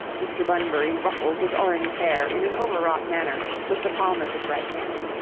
mr. bunbury ruffled his orange hair in an over-wrought manner with the palm of his right hand.